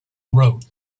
wrote